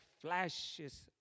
flashes